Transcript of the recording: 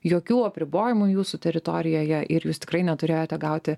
jokių apribojimų jūsų teritorijoje ir jūs tikrai neturėjote gauti